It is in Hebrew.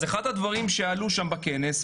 אז אחד הדברים שעלו שם בכנס,